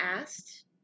asked